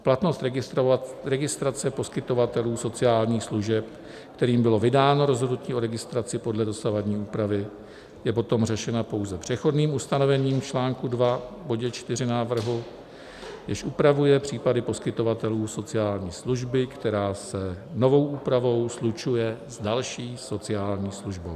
Platnost registrace poskytovatelů sociálních služeb, kterým bylo vydáno rozhodnutí o registraci podle dosavadní úpravy, je potom řešena pouze přechodným ustanovením článku 2 v bodě 4 návrhu, jež upravuje případy poskytovatelů sociální služby, která se novou úpravou slučuje s další sociální službou.